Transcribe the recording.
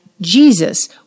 Jesus